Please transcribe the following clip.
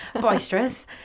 boisterous